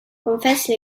confesse